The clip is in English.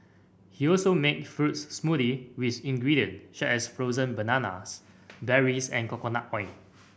he also makes fruit smoothies with ingredient such as frozen bananas berries and coconut oil